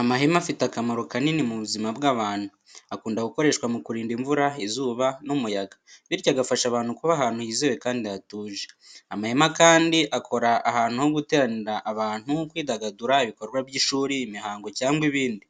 Amahema afite akamaro kanini mu buzima bw’abantu. Akunda gukoreshwa mu kurinda imvura, izuba n’umuyaga, bityo agafasha abantu kuba ahantu hizewe kandi hatuje. Amahema kandi akora ahantu ho guteranira abantu, kwidagadura, ibikorwa by’ishuri, imihango cyangwa ibindi.